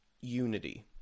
unity